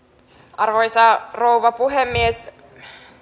arvoisa rouva puhemies